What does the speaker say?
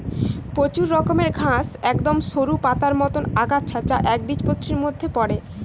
প্রচুর রকমের ঘাস একদম সরু পাতার মতন আগাছা যা একবীজপত্রীর মধ্যে পড়ে